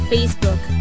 Facebook